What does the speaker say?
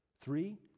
Three